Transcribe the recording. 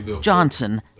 Johnson